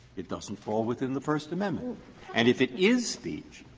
it doesn't fall within the first amendment and if it is speech,